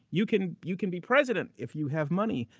you can you can be president if you have money,